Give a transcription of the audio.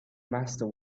master